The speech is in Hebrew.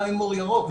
גם עם אור ירוק.